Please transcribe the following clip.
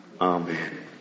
Amen